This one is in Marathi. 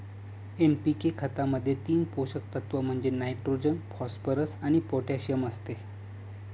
एन.पी.के खतामध्ये तीन पोषक तत्व म्हणजे नायट्रोजन, फॉस्फरस आणि पोटॅशियम असते